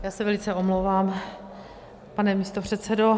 Já se velice omlouvám, pane místopředsedo.